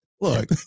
Look